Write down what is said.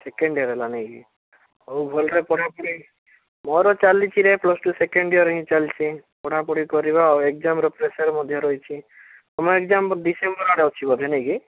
second year ହେଲା ନାହିଁ କି ହଉ ଭଲରେ ପଢ଼ାପଢ଼ି ମୋର ଚାଲିଛିରେ ପ୍ଲସ୍ ଟୁ ସେକେଣ୍ଡ ଇୟର ହିଁ ଚାଲିଛି ପଢ଼ାପଢ଼ି କରିବା ଆଉ ଏଗ୍ଜାମ୍ର ପ୍ରେସର୍ ମଧ୍ୟ ରହିଛି ତମ ଏଗ୍ଜାମ୍ ଡିସେମ୍ବର ଆଡ଼େ ଅଛି ବୋଧେ ନାହିଁକି